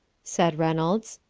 said reynolds.